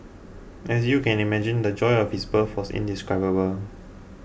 as you can imagine the joy of his birth was indescribable